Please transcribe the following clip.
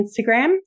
Instagram